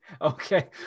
Okay